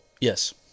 yes